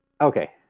Okay